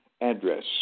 address